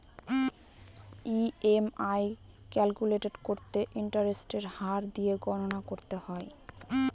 EMI calculate করতে ইন্টারেস্টের হার দিয়ে গণনা করতে হয়